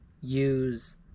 use